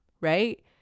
right